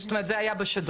זאת אומרת זה היה בשידור,